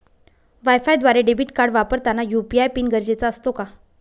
वायफायद्वारे debit card वापरताना UPI PIN गरजेचा असतो का?